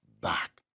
back